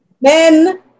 men